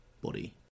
body